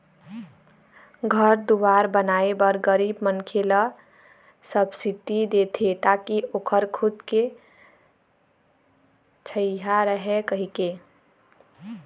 घर दुवार बनाए बर गरीब मनखे ल सब्सिडी देथे ताकि ओखर खुद के छइहाँ रहय कहिके